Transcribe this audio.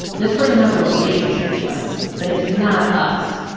this person has a relationship to us. but it is not us.